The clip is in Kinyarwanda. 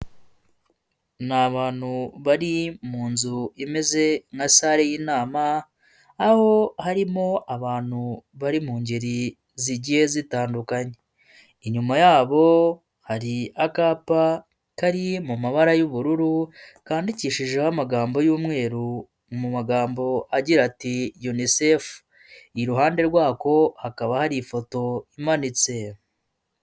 Ni abantu bari mu nzu imeze nka sare y'inama, aho harimo abantu bari mu ngeri zigiye zitandukanye. Inyuma yabo hari akapa kari mu mabara y'ubururu, kandikishijeho amagambo y'umweru mu magambo agira ati "yunisefu". Iruhande rwako hakaba hari ifoto imanitse.